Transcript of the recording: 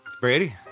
Brady